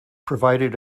provided